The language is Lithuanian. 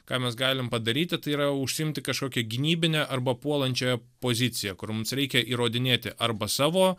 ką mes galim padaryti tai yra užsiimti kažkokią gynybinę arba puolančią poziciją kur mums reikia įrodinėti arba savo